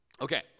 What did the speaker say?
Okay